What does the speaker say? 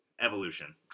Evolution